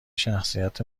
شخصیت